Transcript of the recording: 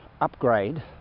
upgrade